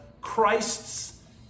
Christ's